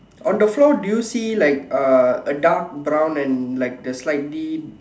on the floor do you see like uh a dark brown and like the slightly